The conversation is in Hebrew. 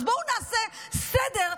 אז בואו נעשה סדר,